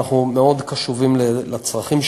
ואנחנו מאוד קשובים לצרכים שלהם.